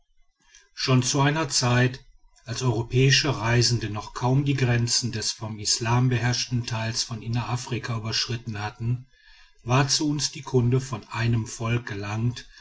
schon zu einer zeit als europäische reisende noch kaum die grenzen den vom islam beherrschten teils von innerafrika überschritten hatten war zu uns die kunde von einem volk gelangt